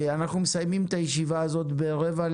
אנחנו מסיימים את הישיבה הזאת ב-12:45.